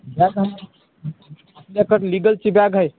bag आहे आपल्याकडं लीगलची आहे